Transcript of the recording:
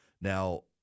Now